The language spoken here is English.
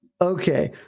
Okay